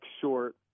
short